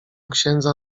księdza